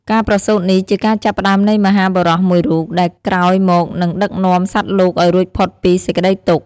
ការប្រសូតនេះជាការចាប់ផ្តើមនៃមហាបុរសមួយរូប ដែលក្រោយមកនឹងដឹកនាំសត្វលោកឱ្យរួចផុតពីសេចក្ដីទុក្ខ។